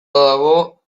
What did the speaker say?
dago